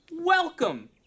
welcome